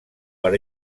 per